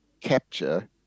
capture